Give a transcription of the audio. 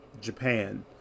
Japan